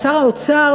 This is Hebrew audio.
שר האוצר,